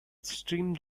streamed